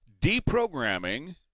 deprogramming